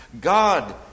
God